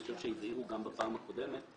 אני חושב שהבהירו גם בפעם הקודמת,